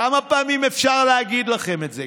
כמה פעמים אפשר להגיד לכם את זה?